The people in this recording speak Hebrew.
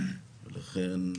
לכן,